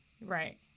right